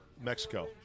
Mexico